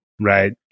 right